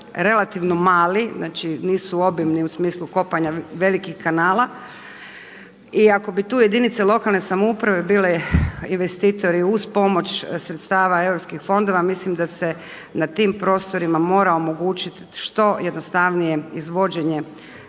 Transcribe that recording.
relativno mali, znači nisu obimni u smislu kopanja velikih kanala. I ako bi tu jedinice lokalne samouprave bile investitori uz pomoć sredstava europskih fondova mislim da se na tim prostorima mora omogućiti što jednostavnije izvođenje